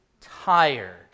tired